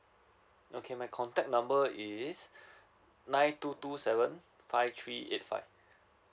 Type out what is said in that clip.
okay my contact number is nine two two seven five three eight five